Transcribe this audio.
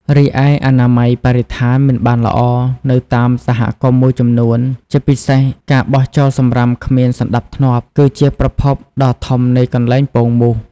រីឯអនាម័យបរិស្ថានមិនបានល្អ នៅតាមសហគមន៍មួយចំនួន ជាពិសេសការបោះចោលសំរាមគ្មានសណ្តាប់ធ្នាប់ គឺជាប្រភពដ៏ធំនៃកន្លែងពងមូស។